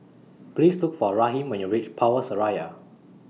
Please Look For Raheem when YOU REACH Power Seraya